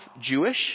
Jewish